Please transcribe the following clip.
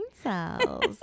cells